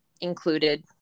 included